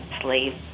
slave